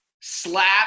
slap